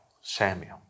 Samuel